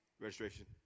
registration